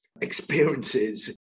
experiences